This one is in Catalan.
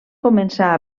començar